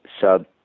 sub